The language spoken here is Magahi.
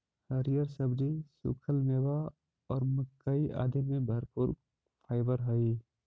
हरिअर सब्जि, सूखल मेवा और मक्कइ आदि में भरपूर फाइवर हई